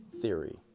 theory